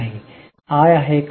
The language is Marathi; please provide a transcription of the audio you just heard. नाही मी आहे का